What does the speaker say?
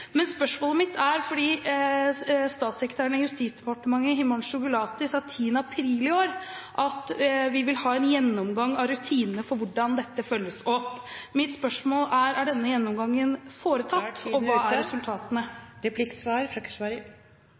i Justisdepartementet Himanshu Gulati 10. april i år sa at man vil ha en gjennomgang av rutinene for hvordan dette følges opp, blir mitt spørsmål: Er denne gjennomgangen foretatt? Og: Hva er